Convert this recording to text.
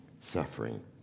suffering